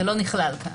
זה לא נכלל כאן.